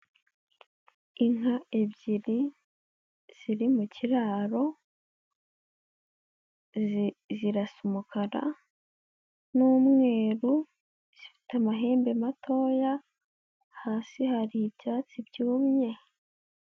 Inka ebyiri ziri mu kiraro, zirasa umukara ,n'umweru zifite amahembe matoya, hasi hari ibyatsi byumye.